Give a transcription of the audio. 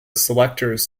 selectors